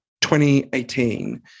2018